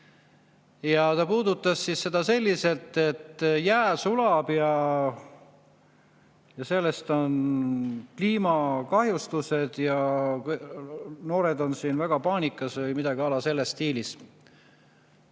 Ta puudutas seda selliselt: jää sulab ja seetõttu on kliimakahjustused ja noored on siin väga paanikas – midagi selles stiilis.